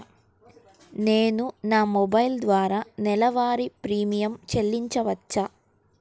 నేను నా మొబైల్ ద్వారా నెలవారీ ప్రీమియం చెల్లించవచ్చా?